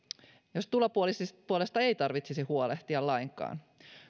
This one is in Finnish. jos tulopuolesta ei tarvitsisi huolehtia lainkaan